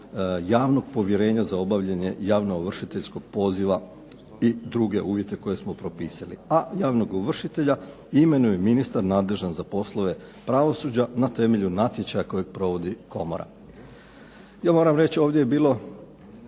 javnog povjerenja za obavljanje javno-ovršiteljskog poziva i druge uvjete koje smo propisali. A javnog ovršitelja imenuje ministar nadležan za poslove pravosuđa na temelju natječaja kojeg provodi Komora. Ja moram reći ovdje je bilo,